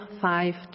five